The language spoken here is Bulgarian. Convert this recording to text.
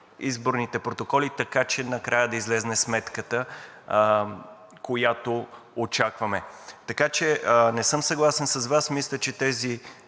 изборните протоколи, така че накрая да излезе сметката, която очакваме. Така че не съм съгласен с Вас. Мисля, че тези